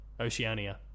Oceania